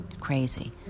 Crazy